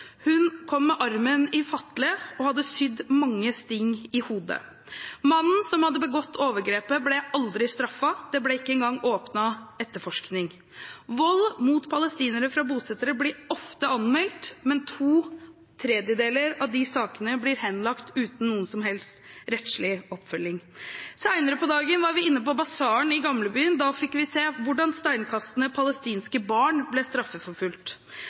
Hun kom med armen i fatle og hadde sydd mange sting i hodet. Mannen som hadde begått overgrepet, ble aldri straffet. Det ble ikke engang åpnet etterforskning. Vold mot palestinere fra bosettere blir ofte anmeldt, men to tredjedeler av de sakene blir henlagt uten noen som helst rettslig oppfølging. Senere på dagen var vi inne på basaren i gamlebyen. Da fikk vi se hvordan steinkastende palestinske barn ble